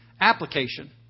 application